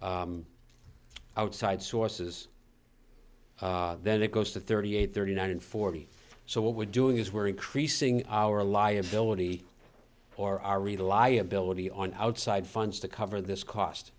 outside sources then it goes to thirty eight thirty nine and forty so what we're doing is we're increasing our liability or our reliability on outside funds to cover this cost